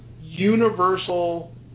universal